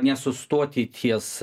nesustoti ties